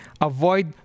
Avoid